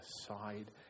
aside